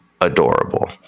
adorable